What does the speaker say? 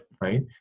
Right